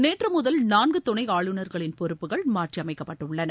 நேற்றுமுதல் நான்குதுணை ஆளுநர்களின்பொறுப்புகள் மாற்றியமைக்கப்பட்டுள்ளன